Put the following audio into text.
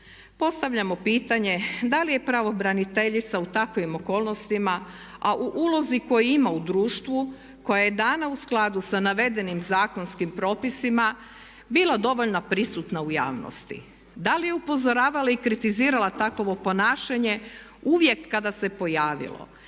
Postavljamo pitanje da li je pravobraniteljica u takvim okolnostima a u ulozi koju ima u društvu, koja je dana u skladu sa navedenim zakonskim propisima bilo dovoljno prisutna u javnosti. Da li je upozoravala i kritizirala takovo ponašanje uvijek kada se pojavilo.